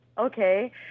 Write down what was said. Okay